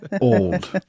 Old